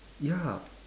ya